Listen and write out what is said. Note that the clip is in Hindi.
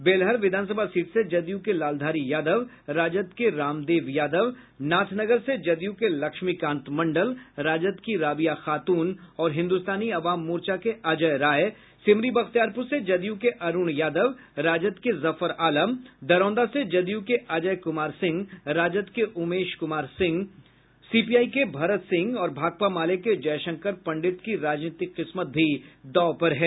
बेलहर विधानसभा सीट से जदयू के लालधारी यादव राजद के रामदेव यादव नाथनगर से जदयू के लक्ष्मीकांत मंडल राजद की राबिया खातून और हिन्दुस्तानी अवाम मोर्चा के अजय राय सिमरी बख्तियारपुर से जदयू के अरूण यादव राजद के जफर आलम दरौंदा से जदयू के अजय कुमार सिंह राजद के उमेश कुमार सिंह सीपीआई के भरत सिंह और भाकपा माले के जयशंकर पंडित की राजनीतिक किस्मत भी दांव पर है